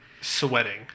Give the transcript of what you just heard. Sweating